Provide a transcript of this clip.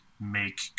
make